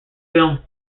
film